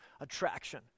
attraction